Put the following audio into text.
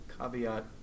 caveat